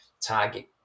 target